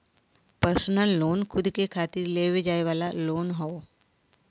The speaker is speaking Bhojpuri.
पर्सनल लोन खुद के खातिर लेवे जाये वाला लोन हौ